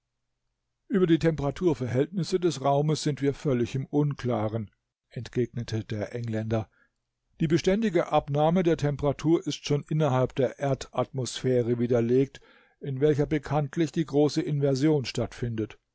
über die temperaturverhältnisse des raumes sind wir völlig im unklaren entgegnete der engländer die beständige abnahme der temperatur ist schon innerhalb der erdatmosphäre widerlegt in welcher bekanntlich die große inversion stattfindet